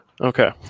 Okay